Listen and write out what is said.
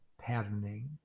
patterning